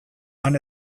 han